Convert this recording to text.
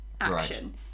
action